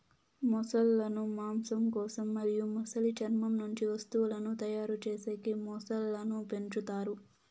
మొసళ్ళ ను మాంసం కోసం మరియు మొసలి చర్మం నుంచి వస్తువులను తయారు చేసేకి మొసళ్ళను పెంచుతారు